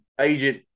Agent